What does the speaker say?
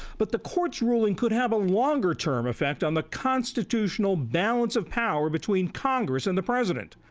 but the court's ruling could have a longer-term effect on the constitutional balance of power between congress and the president.